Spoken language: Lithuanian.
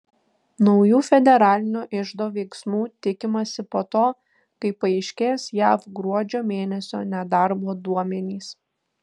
naujų federalinio iždo veiksmų tikimasi po to kai paaiškės jav gruodžio mėnesio nedarbo duomenys